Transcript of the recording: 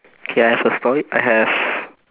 K I have a story I have